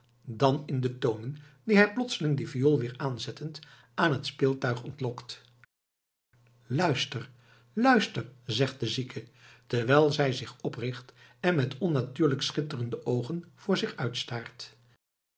dan in de tonen die hij plotseling de viool weer aanzettend aan het speeltuig ontlokt luister luister zegt de zieke terwijl zij zich opricht en met onnatuurlijk schitterende oogen voor zich uit staart